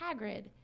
Hagrid